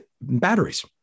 batteries